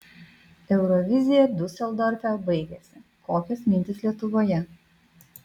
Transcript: eurovizija diuseldorfe baigėsi kokios mintys lietuvoje